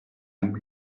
âme